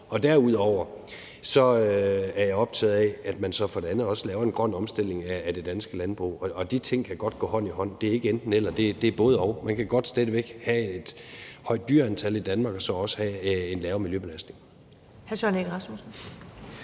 Derudover er jeg optaget af, at man så også laver en grøn omstilling af det danske landbrug. De ting kan godt gå hånd i hånd. Det er ikke et enten-eller, men det er et både-og. Man kan godt stadig væk have et højt antal dyr i Danmark og så også have en lavere miljøbelastning.